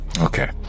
Okay